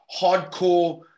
hardcore